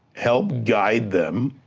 help guide them.